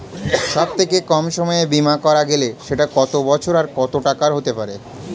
সব থেকে কম সময়ের বীমা করা গেলে সেটা কত বছর আর কত টাকার হতে পারে?